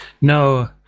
No